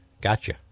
Gotcha